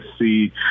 see